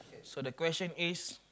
so the question is